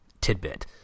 tidbit